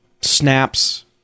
snaps